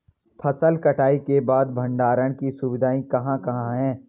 फसल कटाई के बाद भंडारण की सुविधाएं कहाँ कहाँ हैं?